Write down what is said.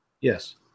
Yes